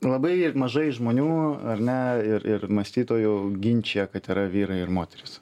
labai mažai žmonių ar ne ir ir mąstytojų ginčija kad yra vyrai ir moterys